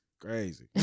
crazy